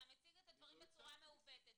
אתה מציג את הדברים בצורה מעוותת.